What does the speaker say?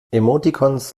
emoticons